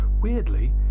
Weirdly